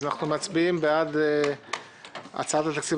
אנחנו מצביעים על הצעת התקציב